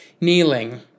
kneeling